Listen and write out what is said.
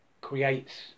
creates